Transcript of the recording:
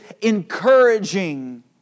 encouraging